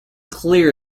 clear